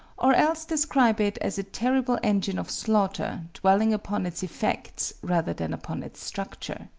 or else describe it as a terrible engine of slaughter, dwelling upon its effects rather than upon its structure.